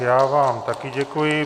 Já vám také děkuji.